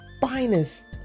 finest